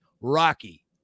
Rocky